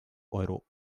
euro